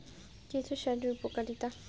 কেঁচো সারের উপকারিতা?